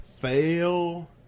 fail